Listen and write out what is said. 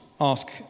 ask